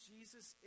Jesus